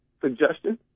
suggestion